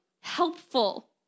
helpful